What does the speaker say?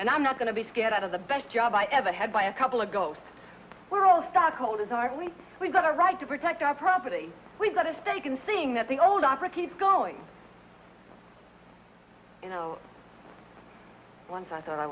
and i'm not going to be scared out of the best job i ever had by a couple of ghosts we're all stockholders are we we've got a right to protect our property we've got a stake in seeing that the old operatives going you know once i thought i